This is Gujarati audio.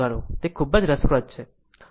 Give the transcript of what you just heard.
તે ખૂબ જ રસપ્રદ છે